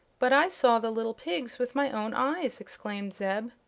but i saw the little pigs with my own eyes! exclaimed zeb.